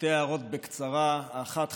שתי הערות בקצרה: האחת,